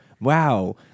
wow